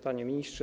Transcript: Panie Ministrze!